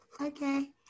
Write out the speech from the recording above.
Okay